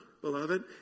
beloved